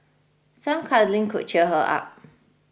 some cuddling could cheer her up